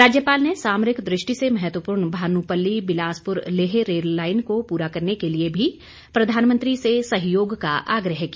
राज्यपाल ने सामरिक दृष्टि से महत्वपूर्ण भानूपल्ली बिलासपुर लेह रेल लाईन को पूरा करने के लिए भी प्रधानमंत्री से सहयोग का आग्रह किया